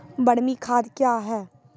बरमी खाद कया हैं?